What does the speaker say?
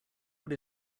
what